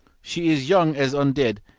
she is young as un-dead,